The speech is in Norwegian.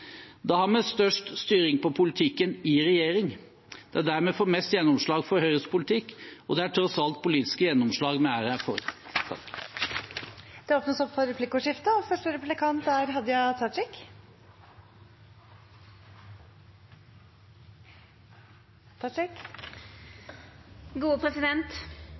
Da har vi størst styring på politikken i regjering. Det er der vi får mest gjennomslag for Høyres politikk, og det er tross alt politiske gjennomslag vi er her for. Det blir replikkordskifte. Sjølv om Framstegspartiet er ute av regjering, er